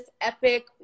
epic